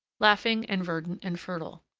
laughing and verdant and fertile.